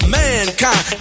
mankind